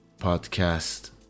podcast